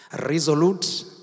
resolute